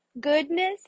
goodness